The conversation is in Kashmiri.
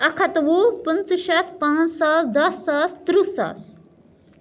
اَکھ ہَتھ وُہ پٕنٛژٕہ شیٚتھ پانٛژھ ساس دَہ ساس تٕرٕہ ساس